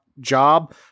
Job